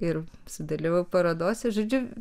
ir sudalyvavau parodose žodžiu